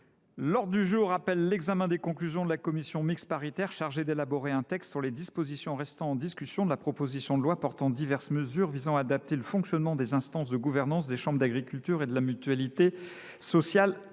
L’ordre du jour appelle l’examen des conclusions de la commission mixte paritaire chargée d’élaborer un texte sur les dispositions restant en discussion de la proposition de loi visant à adapter le fonctionnement des instances de gouvernance des chambres d’agriculture et de la mutualité sociale